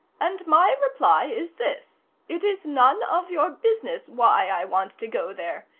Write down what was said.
and my reply is this it is none of your business why i want to go there.